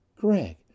Greg